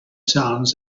sounds